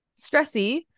Stressy